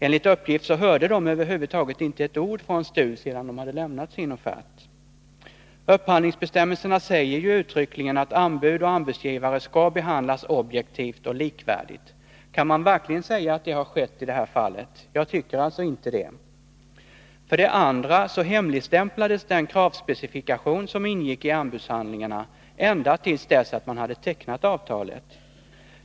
Enligt uppgift hörde de över huvud taget inte ett ord från STU sedan de lämnat sin offert. Upphandlingsbestämmelserna säger uttryckligen att anbud och anbudsgivare skall behandlas objektivt och likvärdigt. Kan man verkligen säga att det har skett i det här fallet? Jag tycker alltså inte det. För det andra hemligstämplades den kravspecifikation som ingick i 17. anbudshandlingarna ända till dess man hade tecknat avtalet.